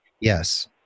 Yes